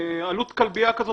עלות כלבייה כזאת,